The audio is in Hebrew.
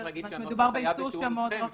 אני מוכרח לומר שהנוסח היה בתיאום איתכם.